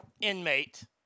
inmate